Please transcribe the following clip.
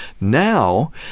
Now